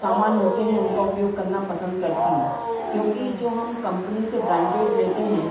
सामान होते हैं उनका उपयोग करना पसंद करती हूँ क्योंकि जो हम कम्पनी से ब्रैंटेड लेते हैं